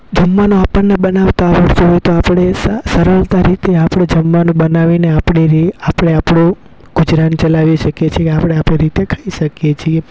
જમવાનું આપણને બનાવતા આવડતું હોય તો આપણે સા સરળતા રીતે આપણું જમવાનું બનાવીને આપણે આપણે આપણું ગુજરાન ચલાવી શકીએ છીએ આપણે આપણી રીતે ખાઈ શકીએ છીએ